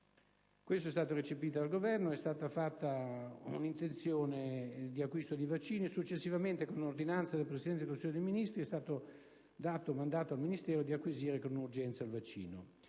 urgenza è stata recepita dal Governo ed è stata fatta un'intenzione di acquisto di vaccino. Successivamente, con ordinanza del Presidente del Consiglio dei ministri, è stato dato mandato al Ministero della salute di acquisire con urgenza il vaccino.